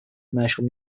commercial